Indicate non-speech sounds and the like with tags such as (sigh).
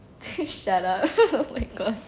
(laughs) shut up (laughs) oh my god